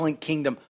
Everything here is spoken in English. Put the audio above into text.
kingdom